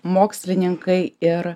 mokslininkai ir